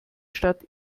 stadt